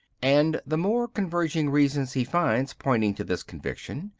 and the more converging reasons he finds pointing to this conviction,